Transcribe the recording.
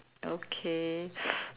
okay